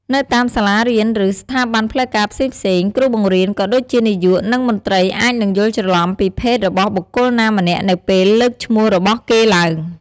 នៅតាមសាលារៀន ឬ ស្ថាប័នផ្លូវការផ្សេងៗ គ្រូបង្រៀន ក៏ដូចជា នាយក និងមន្ត្រីអាចនឹងយល់ច្រឡំពីភេទរបស់បុគ្គលណាម្នាក់នៅពេលលើកឈ្មោះរបស់គេឡើង។